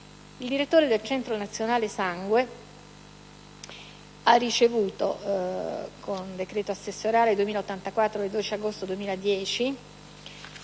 il direttore del Centro nazionale sangue ha ricevuto, con decreto assessoriale 2084 del 12 agosto 2010,